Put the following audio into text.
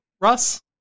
russ